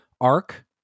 arc